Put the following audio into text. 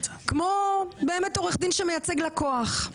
כמו עורך דין שמייצג לקוח.